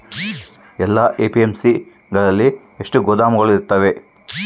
ಎಲ್ಲಾ ಎ.ಪಿ.ಎಮ್.ಸಿ ಗಳಲ್ಲಿ ಎಷ್ಟು ಗೋದಾಮು ಇರುತ್ತವೆ?